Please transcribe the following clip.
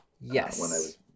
yes